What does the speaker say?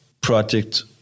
project